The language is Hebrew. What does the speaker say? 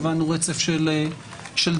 קבענו רצף של דיונים,